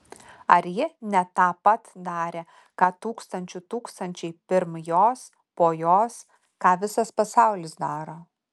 ar ji ne tą pat darė ką tūkstančių tūkstančiai pirm jos po jos ką visas pasaulis daro